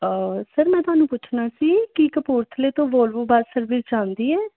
sir ਮੈਂ ਤੁਹਾਨੂੰ ਪੁੱਛਣਾ ਸੀ ਕਿ ਕਪੂਰਥਲੇ ਤੋਂ ਵੋਲਵੋ ਬੱਸ ਸਰਵਿਸ ਚੱਲਦੀ ਹੈ